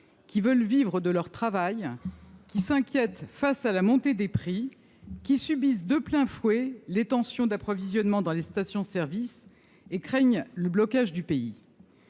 qui veulent vivre de leur travail, qui s'inquiète face à la montée des prix qui subissent de plein fouet les tensions d'approvisionnement dans les stations services et craignent le blocage du pays.